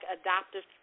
adoptive